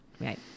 Right